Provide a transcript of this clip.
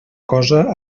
cosa